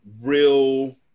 real